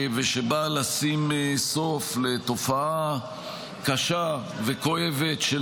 שבאה לשים סוף לתופעה קשה וכואבת של